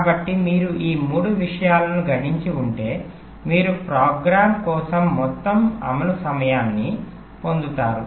కాబట్టి మీరు ఈ మూడు విషయాలను గణించి ఉంటే మీరు ప్రోగ్రామ్ కోసం మొత్తం అమలు సమయాన్ని పొందుతారు